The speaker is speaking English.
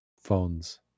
phones